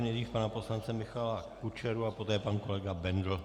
Nejdřív pana poslance Michala Kučeru a poté pan kolega Bendl.